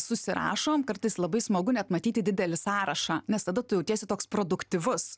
susirašom kartais labai smagu net matyti didelį sąrašą nes tada tu jautiesi toks produktyvus